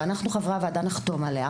עליה נתחום,